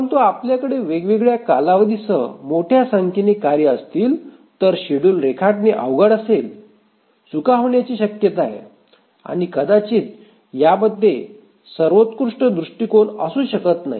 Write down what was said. परंतु आपल्याकडे वेगवेगळ्या कालावधीसह मोठ्या संख्येने कार्ये असतील तर शेड्युल रेखाटणे अवघड असेल चुका होण्याची शक्यता आहे आणि कदाचित यामध्ये सर्वोत्कृष्ट दृष्टीकोन असू शकत नाही